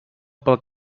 pel